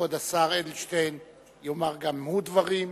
כבוד השר אדלשטיין יאמר גם הוא דברים,